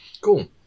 Cool